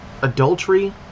adultery